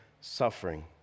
suffering